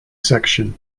section